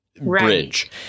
bridge